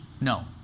No